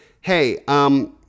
hey